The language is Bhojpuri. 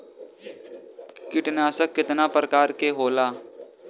कीटनाशक केतना प्रकार के होला?